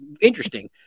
interesting